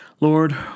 Lord